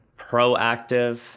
proactive